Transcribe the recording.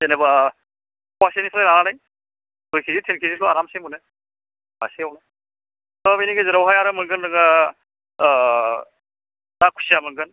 जेन'बा फवासेनिफ्राय लानानै दुइ किजि तिन किजिखौ आरामसे मोनो सासेयावनो दा बेनि गेजेरावहाय आरो मोनगोन नोङो ना खुसिया मोनगोन